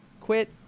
Quit